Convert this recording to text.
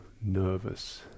nervous